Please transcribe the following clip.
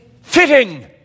fitting